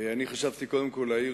חשבתי קודם כול להעיר